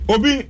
Obi